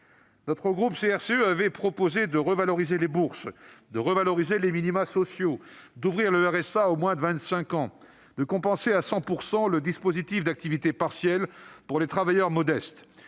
et écologiste avait proposé de revaloriser les bourses et les minima sociaux, d'ouvrir le RSA aux moins de 25 ans, de compenser à 100 % le dispositif d'activité partielle pour les travailleurs modestes.